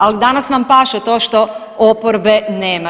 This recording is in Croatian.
Ali danas vam paše to što oporbe nema.